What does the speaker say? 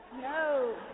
No